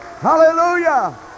Hallelujah